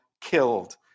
Killed